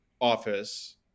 office